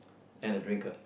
and a drinker